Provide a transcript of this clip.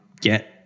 get